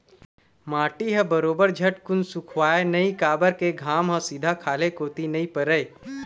माटी ह बरोबर झटकुन सुखावय नइ काबर के घाम ह सीधा खाल्हे कोती नइ परय